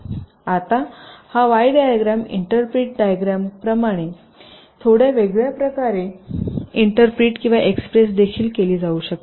आता या Y diagram interpret diagram प्रमाणे थोडी वेगळ्या प्रकारे इंटरप्रेट किंवा एक्सप्रेस देखील केली जाऊ शकते